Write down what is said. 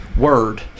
word